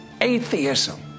atheism